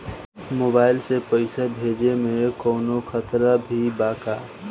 Mobile से पैसा भेजे मे कौनों खतरा भी बा का?